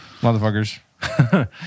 motherfuckers